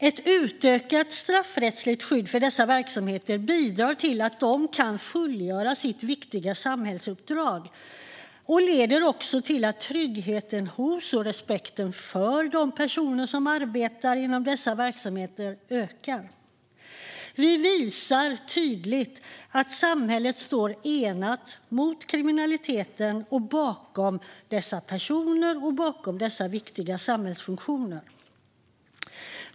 Ett utökat straffrättsligt skydd för dessa verksamheter bidrar till att de kan fullgöra sitt viktiga samhällsuppdrag och leder också till att tryggheten hos och respekten för de personer som arbetar inom dessa verksamheter ökar. Vi visar tydligt att samhället står enat mot kriminaliteten och bakom dessa personer och viktiga samhällsfunktioner.